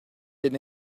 been